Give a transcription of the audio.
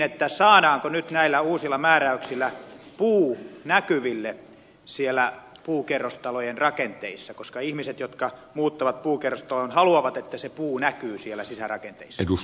kysynkin saadaanko nyt näillä uusilla määräyksillä puu näkyville puukerrostalojen rakenteissa koska ihmiset jotka muuttavat puukerrostaloon haluavat että se puu näkyy siellä sisärakenteissa